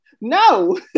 No